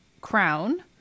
crown